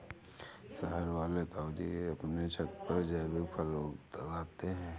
शहर वाले ताऊजी अपने छत पर जैविक फल उगाते हैं